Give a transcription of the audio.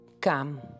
come